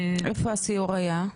איפה הסיור היה?